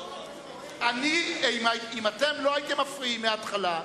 אם אתם לא הייתם מפריעים מההתחלה,